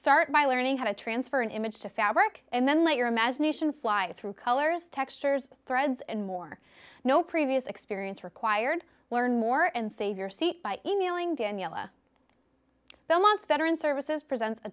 start by learning how to transfer an image to fabric and then let your imagination fly through colors textures threads and more no previous experience required learn more and save your seat by emailing daniela belmont's veteran services presents a